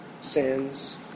sins